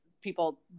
people